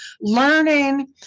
learning